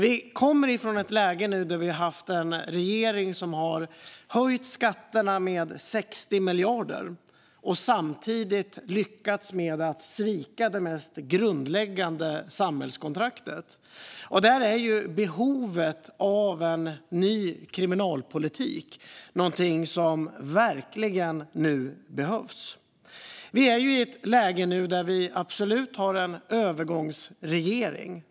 Vi kommer från ett läge där vi har haft en regering som har höjt skatterna med 60 miljarder och samtidigt lyckats med att svika det mest grundläggande samhällskontraktet. Därför är en ny kriminalpolitik någonting som verkligen behövs. Vi är i ett läge där vi har en övergångsregering.